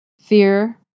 fear